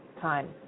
time